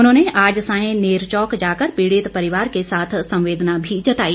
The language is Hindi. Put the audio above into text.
उन्होंने आज सायं नेरचौक जाकर पीड़ित परिवार के साथ संवेदना भी जताई